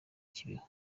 kibeho